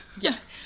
Yes